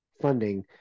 funding